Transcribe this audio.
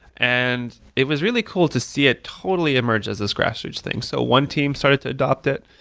and it was really cool to see it totally emerge as this grassroots thing. so one team started to adopt it,